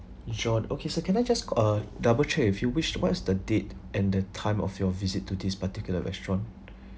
john okay sir can I just uh double check with you which what is the date and the time of your visit to this particular restaurant